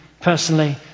personally